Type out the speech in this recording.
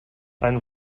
ein